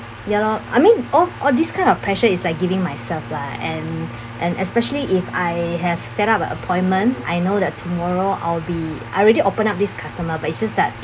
ya lor I mean all all this kind of pressure is like giving myself lah and and especially if I have set up a appointment I know that tomorrow I'll be I already open up this customer but it's just that